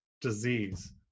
disease